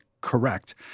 correct